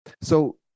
So-